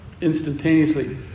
instantaneously